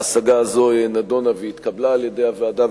ההשגה הזו נדונה והתקבלה על-ידי הוועדה,